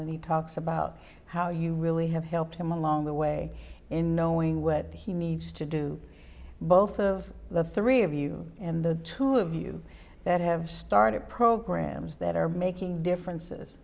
and he talks about how you really have helped him along the way in knowing what he needs to do both of the three of you and the two of you that have started programs that are making differences